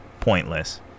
pointless